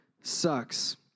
sucks